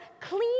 clean